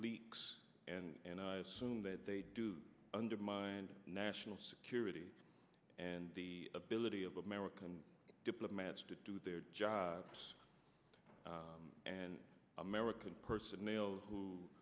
leaks and i assume that they undermined national security and the ability of american diplomats to do their jobs and american personnel who